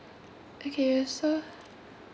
okay so